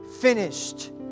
finished